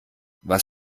was